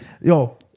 yo